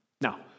Now